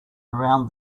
around